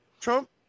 trump